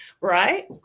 Right